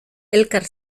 elkar